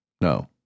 No